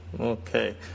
Okay